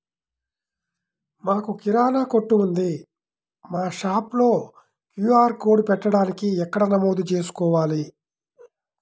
మాకు కిరాణా కొట్టు ఉంది మా షాప్లో క్యూ.ఆర్ కోడ్ పెట్టడానికి ఎక్కడ నమోదు చేసుకోవాలీ?